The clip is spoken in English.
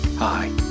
Hi